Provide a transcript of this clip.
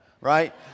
right